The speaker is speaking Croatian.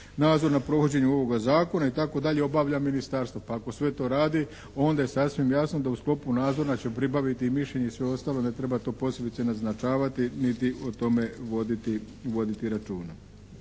nadzor na provođenju ovog zakona itd. obavlja ministarstvo. Pa ako sve to radi onda je sasvim jasno da u sklopu nadzora će pribaviti mišljenje i sve ostalo. Ne treba to posebice naznačavati niti o tome voditi,